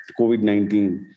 COVID-19